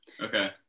okay